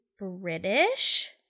British